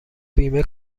بیمه